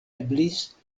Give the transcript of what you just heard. eblis